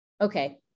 Okay